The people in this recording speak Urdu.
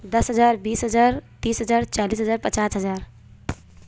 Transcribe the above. دس ہزار بیس ہزار تیس ہزار چالیس ہزار پچاس ہزار